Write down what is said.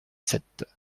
sept